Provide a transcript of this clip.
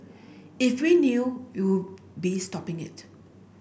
if we knew you'll be stopping it